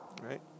right